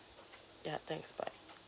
ya thanks bye